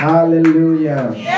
Hallelujah